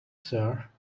sir